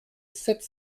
sept